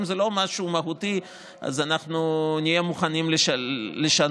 אם זה לא משהו מהותי אז אנחנו נהיה מוכנים לשנות.